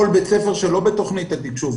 כל בית ספר שלא בתכנית התקשוב,